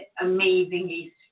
amazingly